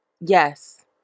yes